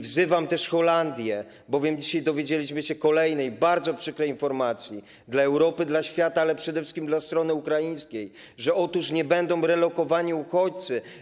Wzywam też Holandię, bowiem dzisiaj otrzymaliśmy kolejną bardzo przykrą informację - dla Europy, dla świata, ale przede wszystkim dla strony ukraińskiej - że nie będą relokowani tam uchodźcy.